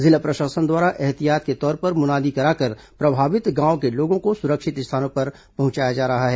जिला प्रशासन द्वारा एहतियात के तौर पर मुनादी कराकर प्रभावित गांव के लोगों को सुरक्षित स्थानों पर पहुंचाया जा रहा है